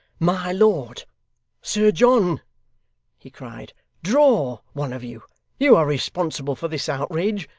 my lord sir john he cried, draw, one of you you are responsible for this outrage,